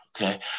okay